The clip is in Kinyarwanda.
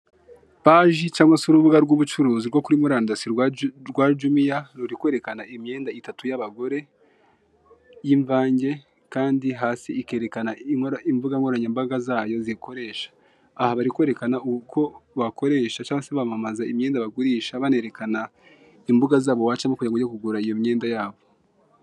Paji cyangwa se urubuga rw'ubucuruzi rwo kuri murandasi rwa Jumiya, ruri kwerekana imyenda itatu y'abagore y'imvange, kandi hasi ikerekana ikerekana imbuga nkoranyambaga zayo ikoresha. Aha bari kwerekana uko bakoresha cyangwa se bamamaza imyenda bagurisha, banerekana imbuga zabo wacamo kugira ngo uge kugura imyenda yabo.